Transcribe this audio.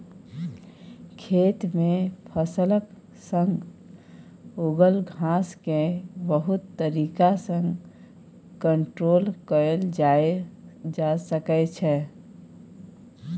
खेत मे फसलक संग उगल घास केँ बहुत तरीका सँ कंट्रोल कएल जा सकै छै